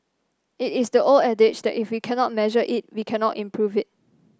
it is the old adage that if we cannot measure it we cannot improve it